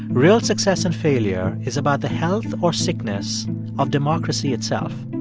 real success and failure is about the health or sickness of democracy itself.